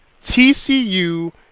TCU